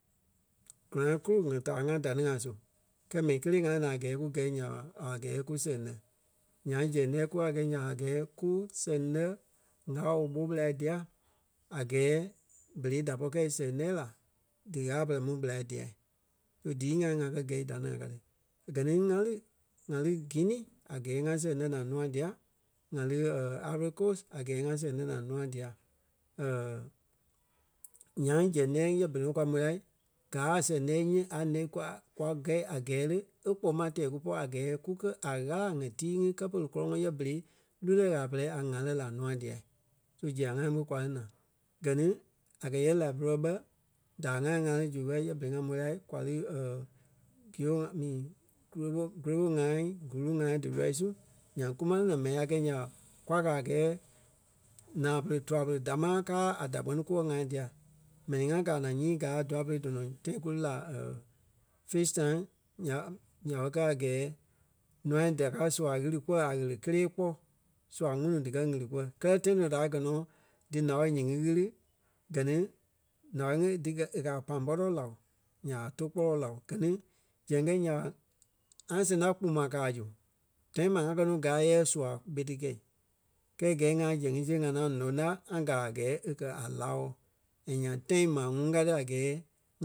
Grand Kru, ŋai taai ŋai ta ni ŋai su. Kɛɛ mɛni kelee ŋá li naa a gɛɛ kú gɛ̀i nya ɓa, a gɛɛ kú sɛŋ lɛ́. Nyaŋ zɛŋ lɛ́ɛ kukaa gɛi nya ɓa gɛɛ kú sɛŋ lɛ́ ŋâla-woo ɓo ɓela dia a gɛɛ berei da pɔri kɛi sɛŋ lɛ́ la dí Ɣâla pɛrɛ mu ɓela dia. So díi ŋai ŋa kɛ gɛi da ní ka ti. Gɛ ni ŋá lí ŋa lí Guinea a gɛɛ ŋa sɛŋ lɛ́ naa nûa dia. ŋa lí Ivory Coast a gɛɛ ŋá sɛŋ lɛ́ naa nûa dia. Nyaŋ zɛŋ lɛ́ɛ ŋí yɛ berei kwa môi la, gaa a sɛŋ lɛ́ɛ nyii a ǹɛ́ kwa kwa gɛi a gɛɛ lé e kpoma tɛɛ kúpɔ a gɛɛ kukɛ a Ɣâla ŋa tii ŋí kɛ́ pere kɔ́lɔŋɔɔ yɛ berei Lùtɛ ŋâla pɛrɛ a ŋaa lɛ́ la ǹûai dia. So zia ŋai ɓe kwa lí naa. Gɛ ni a kɛ̀ yɛ Liberia bɛ daai ŋai ŋá lí zu bɛ yɛ berei ŋa môi la kwa lí Gio a mi Grebo- Grebo ŋai kuluŋ ŋai dí nɔii sui. Nyaŋ kú máŋ lí naa mɛni a kɛi nya ɓa, kwa gaa a gɛɛ naa pere tûa-pere damaa káa a da kpɛni kúwɔ ŋai dia. Mɛni ŋa gaa naa nyii gaa a dûai-pere dɔnɔ tãi kú lí la Fish Town nya ɓe- nya ɓe kɛ a gɛɛ ǹûai da káa sua ɣili kúwɔ a ɣele kélee kpɔ́. Sua ŋunuu díkɛ ɣili kúwɔ. Kɛlɛ tãi tɔnɔ a kɛ̀ nɔ dí ǹao nyíŋi ɣili gɛ ni ǹao ŋí dikɛ e kɛ̀ a palm butter láo nya ɓa tou kpɔ́lɔ láo. Gɛ ni zɛŋ kɛi nya ɓa, ŋa sɛŋ ta gbuma káa zu. Tãi ma ŋá kɛ́ nɔ gaa yɛ sua ɓé ti kɛi. Kɛɛ gɛɛ ŋí zɛŋ ŋí siɣe ŋá ŋaŋ ǹɔ ńa, ŋa gaa a gɛɛ e kɛ̀ a láo. And nyaŋ tãi maa ŋuŋ ka ti a gɛɛ